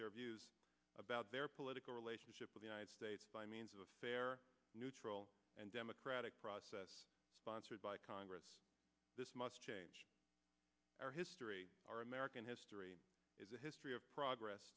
their views about their political relationship with united states by means of a fair neutral and democratic process sponsored by congress this must change our history our american history is a history of progress